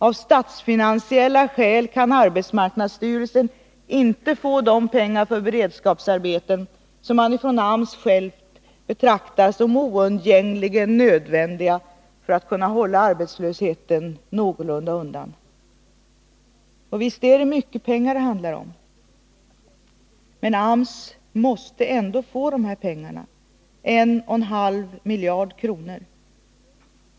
Av statsfinansiella skäl kan arbetsmarknadsstyrelsen inte få de pengar för beredskapsarbeten som man från AMS själv betraktar som oundgängligen nödvändiga för att kunna hålla arbetslösheten någorlunda undan. Och visst är det mycket pengar det handlar om. Men AMS måste ändå få de här pengarna, 1,5 miljard kronor.